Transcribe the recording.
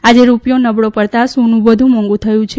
આજે રૂપિયો નબળો પડતાં સોનું વધુ મોધું થયું છે